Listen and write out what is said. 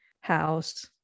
house